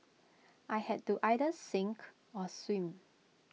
I had to either sink or swim